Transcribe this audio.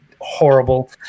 horrible